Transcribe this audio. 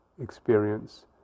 experience